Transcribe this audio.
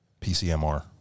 PCMR